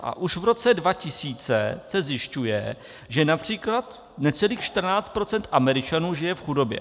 A už v roce 2000 se zjišťuje, že například necelých 14 % Američanů žije v chudobě.